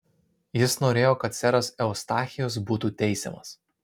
jis norėjo kad seras eustachijus būtų teisiamas